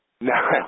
No